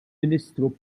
ministru